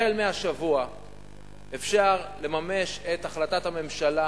מהשבוע אפשר לממש את החלטת הממשלה